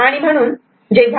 If A i